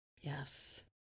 Yes